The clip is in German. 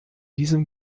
diesem